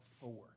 four